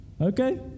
okay